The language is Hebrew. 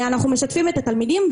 אנחנו משתפים את התלמידים,